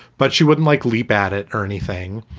but she wouldn't, like, leap at it or anything.